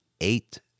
eight